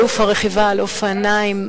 אלוף הרכיבה על אופניים,